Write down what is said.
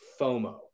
FOMO